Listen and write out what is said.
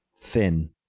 thin